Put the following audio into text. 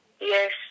Yes